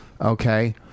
okay